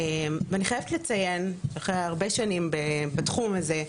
ואני חייבת לציין, אחרי הרבה שנים בתחום הזה,